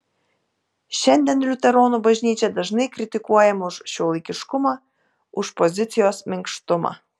šiandien liuteronų bažnyčia dažnai kritikuojama už šiuolaikiškumą už pozicijos minkštumą